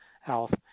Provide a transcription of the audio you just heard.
Health